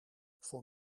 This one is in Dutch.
voor